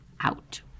out